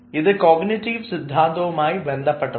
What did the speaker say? ഇത് കോഗ്നിറ്റീവ് സിദ്ധാന്തവുമായി ബന്ധപ്പെതാണ്